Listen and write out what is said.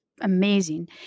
amazing